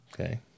Okay